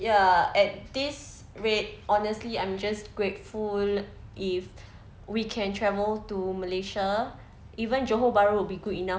ya at this rate honestly I'm just grateful if we can travel to malaysia even johor bahru will be good enough